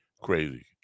crazy